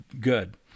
good